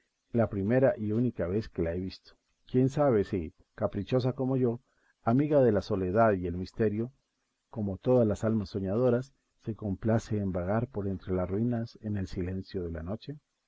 la primera y única vez que la he visto quién sabe si caprichosa como yo amiga de la soledad y el misterio como todas las almas soñadoras se complace en vagar por entre las ruinas en el silencio de la noche